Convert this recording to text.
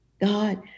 God